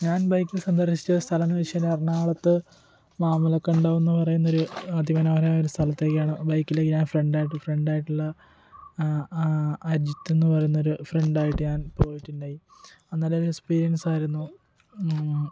ഞാൻ ബൈക്കിൽ സന്ദർശിച്ച സ്ഥലം എന്ന് വെച്ചാൽ എറണാകുളത്ത് വാമലക്കണ്ടം എന്ന് പറയുന്നൊരു അതിമനോഹരമായ ഒരു സ്ഥലത്തേക്കാണ് ബൈക്കിൽ ഞാൻ ഫ്രണ്ട് ആയിട്ട് ഫ്രണ്ട് ആയിട്ടുള്ള അജിത്തെന്ന് പറയുന്നൊരു ഫ്രണ്ടായിട്ട് ഞാൻ പോയിട്ടുണ്ടായിരുന്നു അന്ന് നല്ലൊരു എക്സ്പീരിയൻസ് ആയിരുന്നു